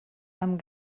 amb